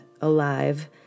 alive